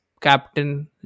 captain